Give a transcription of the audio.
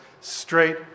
straight